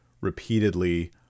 repeatedly